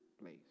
place